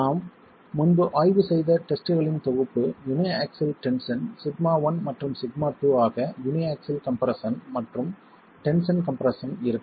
நாம் முன்பு ஆய்வு செய்த டெஸ்ட்களின் தொகுப்பு யுனிஆக்ஸில் டென்ஷன் σ1 மற்றும் σ2 ஆக யுனிஆக்ஸில் கம்ப்ரெஸ்ஸன் மற்றும் டென்ஷன் கம்ப்ரெஸ்ஸன் இருக்கும்